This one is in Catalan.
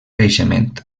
creixement